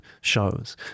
shows